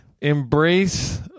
Embrace